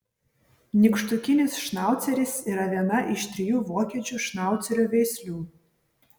nykštukinis šnauceris yra viena iš trijų vokiečių šnaucerio veislių